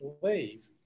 believe